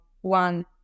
one